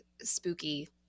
spooky